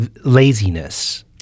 laziness